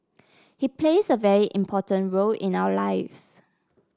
he plays a very important role in our lives